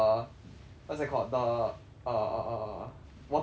what's that called the err water dispenser